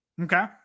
Okay